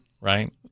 right